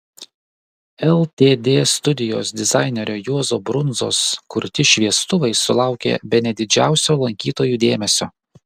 ltd studijos dizainerio juozo brundzos kurti šviestuvai sulaukė bene didžiausio lankytojų dėmesio